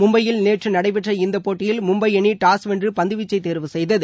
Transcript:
மும்பையில் நேற்று நடைபெற்ற இந்த போட்டியில் மும்பை அணி டாஸ் வென்று பந்து வீச்சை கேர்வு செய்தது